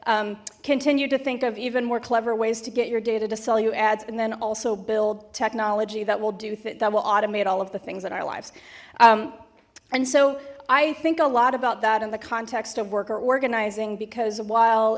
continue to think of even more clever ways to get your data to sell you ads and then also build technology that will do that will automate all of the things in our lives and so i think a lot about that in the context of worker organizing because while